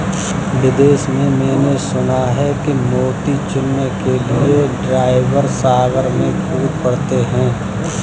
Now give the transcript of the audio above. विदेश में मैंने सुना है कि मोती चुनने के लिए ड्राइवर सागर में कूद पड़ते हैं